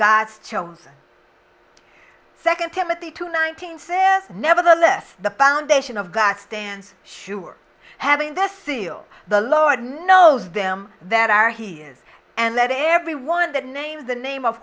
god's chosen second timothy two nineteen says nevertheless the foundation of god stands sure having this seal the lord knows them that are hears and let every one that names the name of